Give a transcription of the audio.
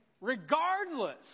regardless